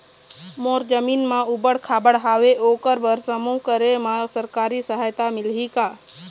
मोर जमीन म ऊबड़ खाबड़ हावे ओकर बर समूह करे बर सरकारी सहायता मिलही का?